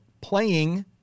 playing